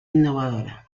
innovadora